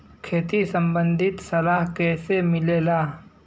खेती संबंधित सलाह कैसे मिलेला?